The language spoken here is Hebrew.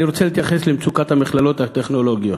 אני רוצה להתייחס למצוקת המכללות הטכנולוגיות.